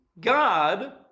God